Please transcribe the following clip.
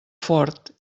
fort